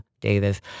Davis